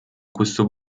questo